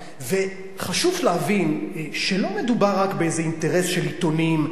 חשוב להבין שלא מדובר רק באיזה אינטרס של עיתונים,